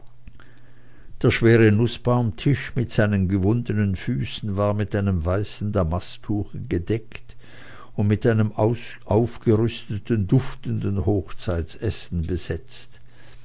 der schwere nußbaumtisch auf seinen gewundenen füßen war mit einem weißen damasttuche gedeckt und mit einem aufgerüsteten duftenden hochzeitessen besetzt